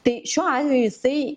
tai šiuo atveju jisai